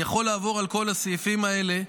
אני יכול לעבור על כל הסעיפים האלה,